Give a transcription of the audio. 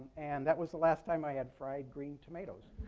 and that was the last time i had fried green tomatoes.